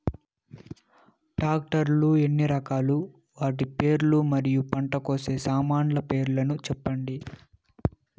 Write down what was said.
Tractor లు ఎన్ని రకాలు? వాటి పేర్లు మరియు పంట కోసే సామాన్లు పేర్లను సెప్పండి?